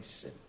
sin